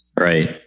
Right